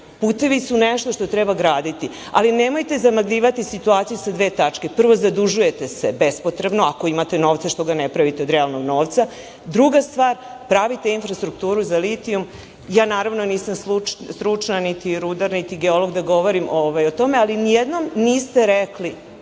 Putevi su nešto što treba gradite. Ali, nemojte zamagljivati situaciju sa dve tačke. Prvo, zadužujete se bespotrebno. Ako imate novca, što ga ne pravite od realnog novca? Druga stvar, pravite infrastrukturu za litijum. Naravno, ja nisam stručna, niti rudar, niti geolog, da govorim o tome, ali nijednom niste rekli